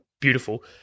beautiful